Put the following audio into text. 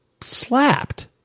slapped